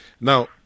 Now